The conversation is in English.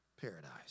paradise